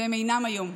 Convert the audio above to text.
והם אינם היום.